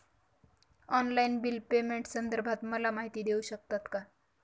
Online bill पेमेंटसंदर्भात मला माहिती देऊ शकतात का?